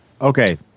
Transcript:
Okay